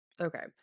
Okay